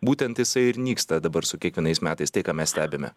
būtent jisai ir nyksta dabar su kiekvienais metais tai ką mes stebime